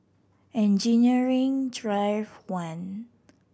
Engineering Drive One